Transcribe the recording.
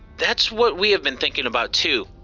that's what we have been thinking about, too.